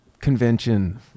convention